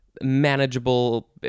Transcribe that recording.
manageable